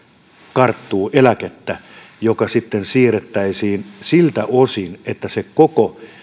karttuu eläkettä joka sitten siirrettäisiin siltä osin että se koko